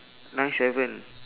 nine seven